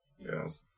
Yes